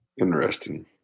Interesting